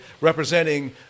representing